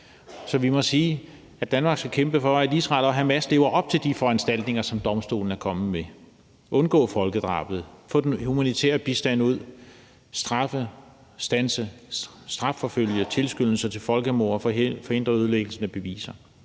Så vi må sige, at Danmark skal kæmpe for, at Israel og Hamas lever op til de foranstaltninger, som domstolen er kommet med: at undgå folkedrabet, få den humanitære bistand ud, straffe, standse og strafforfølge tilskyndelser til folkemord og forhindre ødelæggelsen af beviser.